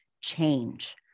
change